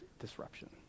disruption